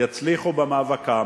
יצליחו במאבקם